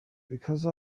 because